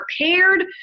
prepared